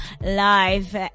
live